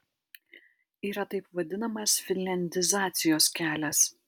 yra taip vadinamas finliandizacijos kelias